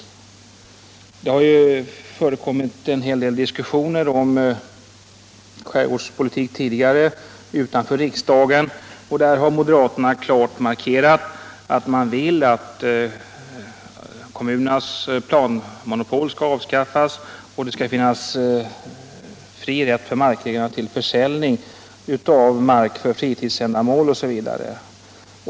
Nr 107 Det har ju förekommit en hel del diskussioner om skärgårdspolitik Onsdagen den tidigare utanför riksdagen, och då har moderaterna klart markerat att 21 april 1976 de vill att kommunernas planmonopol skall avskaffas och att markägarna oo skall ha rätt att försälja mark till fritidsändamål osv.